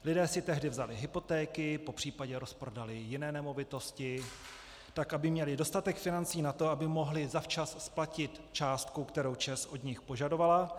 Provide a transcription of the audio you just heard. Lidé si tehdy vzali hypotéky, popřípadě rozprodali jiné nemovitosti, tak aby měli dostatek financí na to, aby mohli zavčas splatit částku, kterou ČEZ od nich požadoval.